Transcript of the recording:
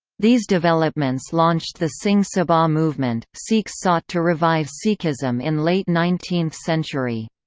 these developments launched the singh sabha movement sikhs sought to revive sikhism in late nineteenth century.